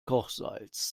kochsalz